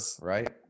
right